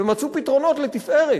ומצאו פתרונות לתפארת.